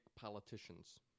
politicians